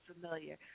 familiar